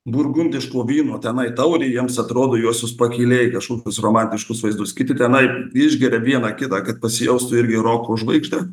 burgundiško vyno tenai taurė jiems atrodo juosius pakylėjo į kažkokius romantiškus vaizdus kiti tenai išgeria vieną kitą kad pasijaustų irgi roko žvaigžde